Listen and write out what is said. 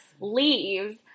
leaves